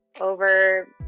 over